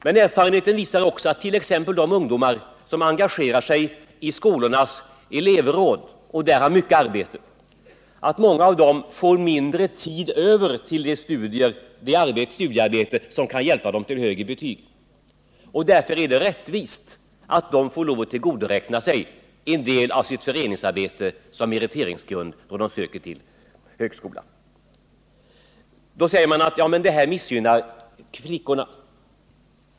Men erfarenheten visar också att t.ex. många av de ungdomar som engagerar sig i skolornas elevråd och där har mycket arbete får mindre tid över för det studiearbete som kan hjälpa dem till högre betyg. Därför är det rättvist att de får lov att tillgodoräkna sig en del av sitt föreningsarbete som meriteringsgrund när de söker till högskolan. Det framhålls då att detta missgynnar flickorna.